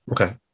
Okay